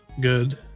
good